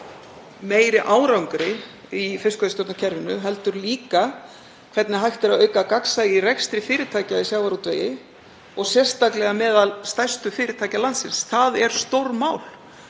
meiri árangri í fiskveiðistjórnarkerfinu heldur líka hvernig hægt er að auka gagnsæi í rekstri fyrirtækja í sjávarútvegi og sérstaklega meðal stærstu fyrirtækja landsins. Það er stórmál.